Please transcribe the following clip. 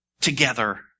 together